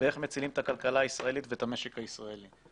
איך מצילים את הכלכלה הישראלית ואת המשק הישראלי.